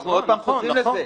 אנחנו עוד פעם חוזרים לזה.